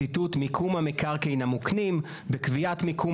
ציטוט: "מיקום המקרקעין המוקנים בקביעת המיקום